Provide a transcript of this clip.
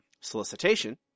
solicitation